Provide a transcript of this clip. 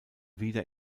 wieder